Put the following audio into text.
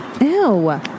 Ew